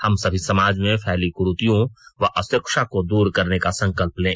हम सभी समाज में फैली कुरीतियों व अशिक्षा को दूर करने का संकल्प लें